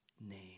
name